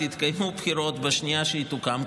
יתקיימו בחירות בשנייה שהיא תוקם,